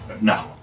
No